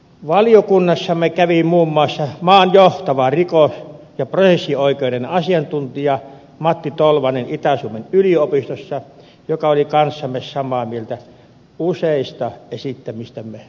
valiokunnassamme kävi muun muassa maan johtava rikos ja prosessioikeuden asiantuntija matti tolvanen itä suomen yliopistosta joka oli kanssamme samaa mieltä useista esittämistämme asioista